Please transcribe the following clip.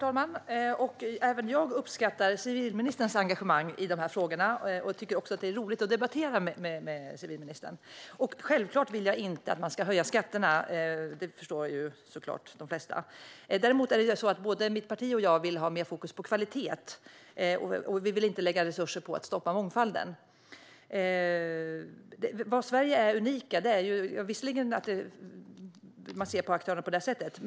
Herr talman! Jag uppskattar civilministerns engagemang i dessa frågor, och jag tycker också att det är roligt att debattera med honom. Jag vill självklart inte att skatterna höjs; det förstår de flesta. Men både mitt parti och jag vill ha mer fokus på kvalitet, och vi vill inte lägga resurser på att stoppa mångfalden. Ja, Sverige är unikt i att vi ser på aktörerna på detta sätt.